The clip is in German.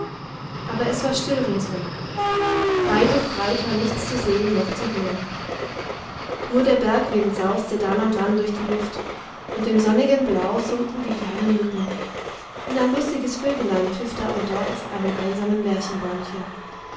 aber es war still ringsum weit und breit war nichts zu sehen noch zu hören nur der bergwind sauste dann und wann durch die luft und im sonnigen blau summten die kleinen mücken und ein lustiges vögelein pfiff da und dort auf einem einsamen